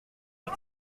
est